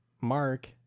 Mark